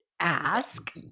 Ask